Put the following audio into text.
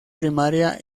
primaria